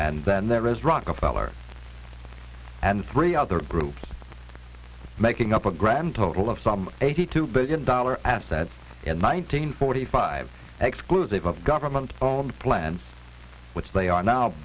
and then there is rockefeller and three other groups making up a grand total of some eighty two billion dollar assets in nineteen forty five exclusive of government owned plans which they are now